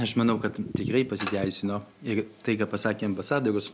aš manau kad tikrai pasiteisino ir tai ką pasakė ambasadorius